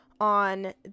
on